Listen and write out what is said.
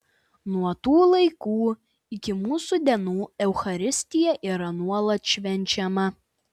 nuo tų laikų iki mūsų dienų eucharistija yra nuolat švenčiama